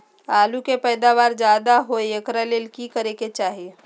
आलु के पैदावार ज्यादा होय एकरा ले की करे के चाही?